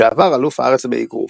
לשעבר אלוף הארץ באגרוף.